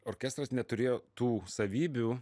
orkestras neturėjo tų savybių